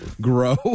Grow